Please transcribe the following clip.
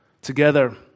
together